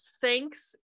thanks